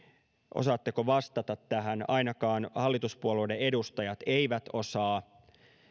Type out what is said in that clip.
osaatteko vastata tähän ainakaan hallituspuolueiden edustajat eivät osaa